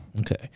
Okay